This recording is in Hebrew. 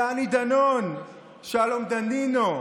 דני דנון, שלום דנינו,